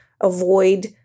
avoid